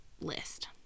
list